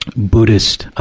buddhist,